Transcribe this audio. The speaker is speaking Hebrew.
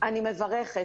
אני מברכת.